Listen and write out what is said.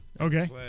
Okay